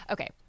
Okay